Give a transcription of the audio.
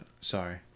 Sorry